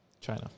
China